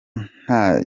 nta